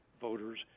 voters